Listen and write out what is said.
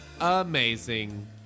amazing